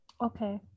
okay